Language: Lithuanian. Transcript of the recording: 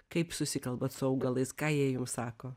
kaip susikalbat su augalais ką jie jums sako